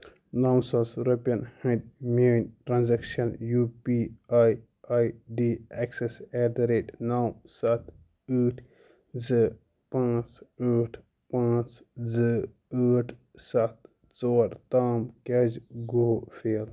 نو ساس رۄپِیَن ہِنٛدۍ میٲنۍ transaction U P I I D excess at the rate نو سَتھ ٲٹھ زٕ پانٛژھ ٲٹھ پانٛژھ زٕ ٲٹھ سَتھ ژور تام کیٛازِ گوٚو فیل